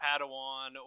Padawan